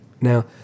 Now